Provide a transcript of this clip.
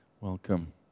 Welcome